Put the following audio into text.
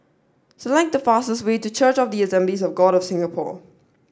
select the fastest way to Church of the Assemblies of God of Singapore